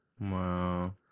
Wow